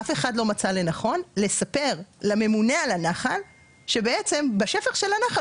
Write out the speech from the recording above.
אף אחד לא מצא לנכון לספר לממונה על הנחל שבעצם בשטח של הנחל